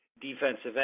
defensive